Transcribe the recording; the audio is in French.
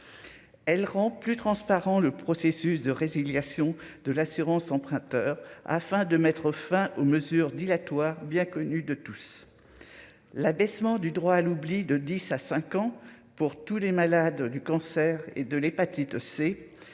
Elle rend plus transparent, le processus de résiliation de l'assurance emprunteur afin de mettre fin aux mesures dilatoires. Bien connu de tous, l'abaissement du droit à l'oubli de 10 à 5 ans pour tous les malades du cancer et de l'hépatite C,